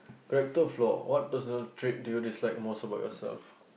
character flaw what personal trait do you dislike most about yourself